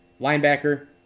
linebacker